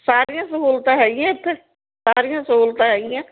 ਸਾਰੀਆਂ ਸਹੂਲਤਾਂ ਹੈਗੀਆਂ ਇੱਥੇ ਸਾਰੀਆਂ ਸਹੂਲਤਾਂ ਹੈਗੀਆਂ